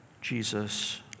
Jesus